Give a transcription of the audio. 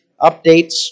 updates